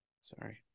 sorry